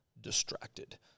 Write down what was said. distracted